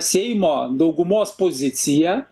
seimo daugumos pozicija